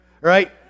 right